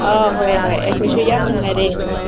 ꯑꯥ ꯍꯣꯏ ꯍꯣꯏ ꯑꯩꯈꯣꯏꯁꯨ ꯌꯥꯝ ꯅꯨꯡꯉꯥꯏꯔꯦ